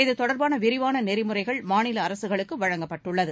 இது தொடர்பான விரிவான நெறிமுறைகள் மாநில அரசுகளுக்கு வழங்கப்பட்டுள்ளது